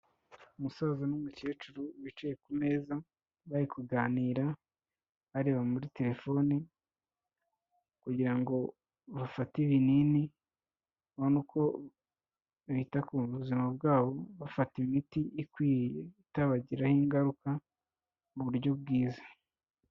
Umusaza n'umukecuru bicaye ku meza bari kuganira, bareba muri telefoni kugira ngo bafate ibinini, babone uko bita ku buzima bwabo bafata imiti ikwiye, itabagiraho ingaruka, mu buryo bwiza.